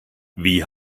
wie